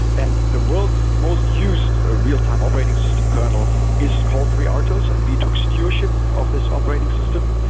and the world's most used ah real-time operating system kernel is called freertos, and we took stewardship of this operating system,